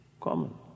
Common